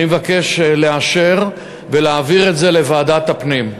אני מבקש לאשר ולהעביר את זה לוועדת הפנים.